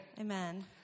Amen